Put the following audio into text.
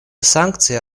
санкции